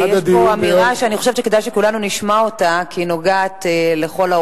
יש פה אמירה שאני חושבת שכדאי שכולנו נשמע אותה,